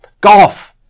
Golf